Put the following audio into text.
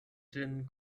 ĝin